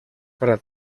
para